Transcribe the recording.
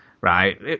right